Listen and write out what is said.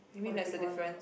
oh the big one ah